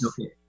Okay